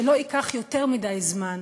שלא ייקח יותר מדי זמן,